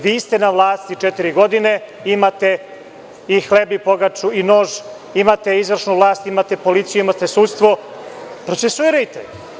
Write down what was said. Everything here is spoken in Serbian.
Vi ste na vlasti četiri godine, imate i hleb i pogaču i nož, imate izvršnu vlast, imate policiju, imate sudstvo, procesuirajte.